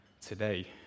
today